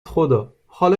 خدا، حالا